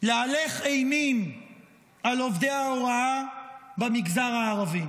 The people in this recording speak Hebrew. להלך אימים על עובדי ההוראה במגזר הערבי.